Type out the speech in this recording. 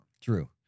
True